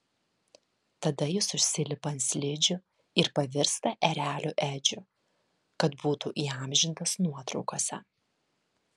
tada jis užsilipa ant slidžių ir pavirsta ereliu edžiu kad būtų įamžintas nuotraukose